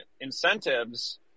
incentives